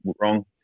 wrong